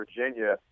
Virginia